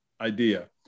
idea